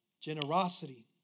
Generosity